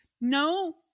No